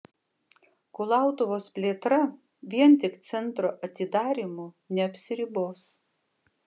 kulautuvos plėtra vien tik centro atidarymu neapsiribos